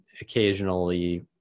occasionally